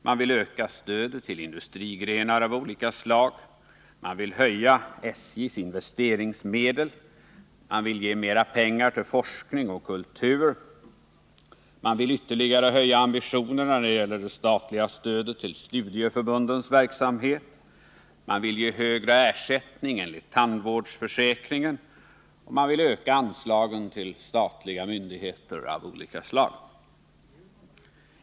Man vill öka stödet till industrigrenar av olika slag, man vill höja SJ:s investeringsmedel, man vill ge mera pengar till forskning och kultur, man vill ytterligare höja ambitionerna när det gäller det statliga stödet till studieförbundens verksamhet, man vill ge högre ersättning enligt tandvårdsförsäkringen och man vill öka anslagen till statliga myndigheter av olika slag.